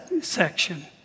section